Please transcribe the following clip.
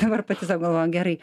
dabar pati sau galvojau gerai